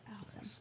Awesome